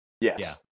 Yes